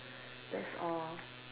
that's all